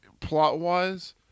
plot-wise